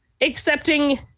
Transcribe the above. accepting